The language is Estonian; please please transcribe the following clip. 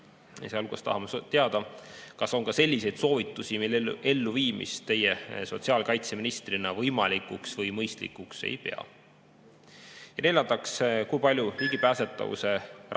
Sealhulgas tahame teada, kas on ka selliseid soovitusi, mille elluviimist teie sotsiaalkaitseministrina võimalikuks või mõistlikuks ei pea. Ja neljandaks: kui palju ligipääsetavuse rakkerühma